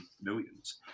millions